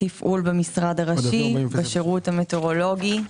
תפעול במשרד ראשי בשירות המטאורולוגי,